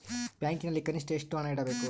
ಬ್ಯಾಂಕಿನಲ್ಲಿ ಕನಿಷ್ಟ ಎಷ್ಟು ಹಣ ಇಡಬೇಕು?